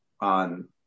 on